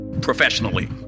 Professionally